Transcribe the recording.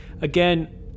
again